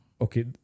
okay